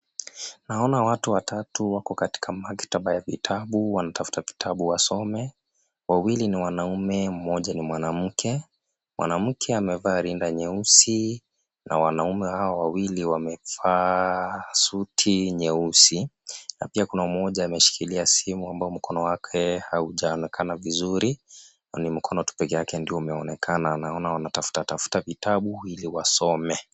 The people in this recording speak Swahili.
Naona watu watatu wako katika maktaba ya vitabu wanatafuta vitabu wasome. Wawili ni wanaume, mmoja ni mwanamke. Mwanamke amevaa linda nyeusi na wanaume hawa wawili wamevaa suti nyeusi, na pia kuna mmoja ameshikilia simu ambao mkono wake haujaonekana vizuri, ni mkono tu peke yake ndio umeonekana, anaona wanatafuta tafuta tafuta vitabu ili wasome.